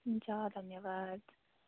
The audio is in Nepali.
हुन्छ धन्यवाद